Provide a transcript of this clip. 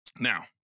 Now